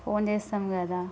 phone చేస్తాం కదా